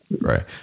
Right